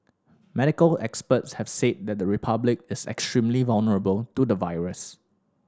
medical experts have said that the Republic is extremely vulnerable to the virus